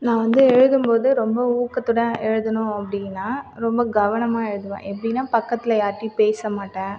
நான் வந்து எழுதும்போது ரொம்ப ஊக்கத்தோடு எழுதணும் அப்படின்னா ரொம்ப கவனமாக எழுதுவேன் எப்படின்னா பக்கத்தில் யார்டையும் பேச மாட்டேன்